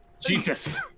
Jesus